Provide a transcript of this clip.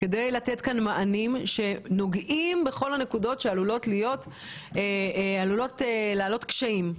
כדי לתת מענים שנוגעים בכל הנקודות שעלולות להעלות קשיים,